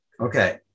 Okay